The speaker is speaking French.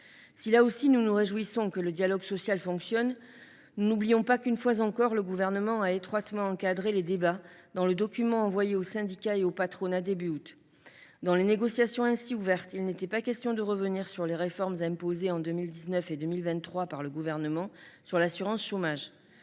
Si, là aussi, nous nous réjouissons que le dialogue social fonctionne, nous n’oublions pas qu’une fois encore le Gouvernement a étroitement encadré les débats dans le document envoyé aux syndicats et au patronat, au début du mois d’août dernier. Dans les négociations ainsi ouvertes, il n’était pas question de revenir sur les réformes imposées en 2019 et 2023 par le Gouvernement sur l’assurance chômage.